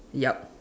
yup